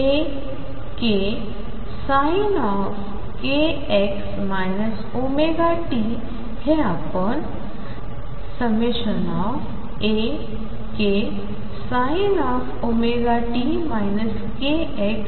AkSinkx ωt हे आपण AkSinωt kx